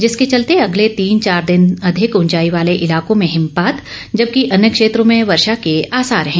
जिसके चलते अगले तीन चार दिन अधिक ऊंचाई वाले इलाकों में हिमपात जबकि अन्य क्षेत्रों में वर्षा के आसार है